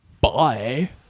bye